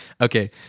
Okay